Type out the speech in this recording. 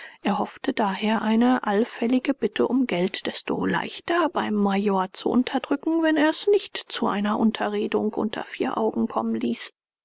er hoffte daher eine allfällige bitte um geld desto leichter beim major zu unterdrücken wenn er es nicht zu einer unterredung unter vier augen kommen ließ